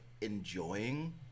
enjoying